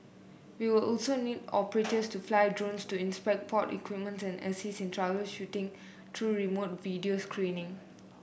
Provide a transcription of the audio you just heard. we will also need operators to fly drones to inspect port equipment and assist in troubleshooting through remote video screening